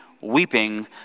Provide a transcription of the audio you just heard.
weeping